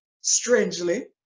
strangely